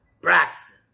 Braxton